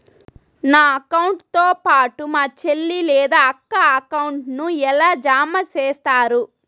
నా అకౌంట్ తో పాటు మా చెల్లి లేదా అక్క అకౌంట్ ను ఎలా జామ సేస్తారు?